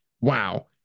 wow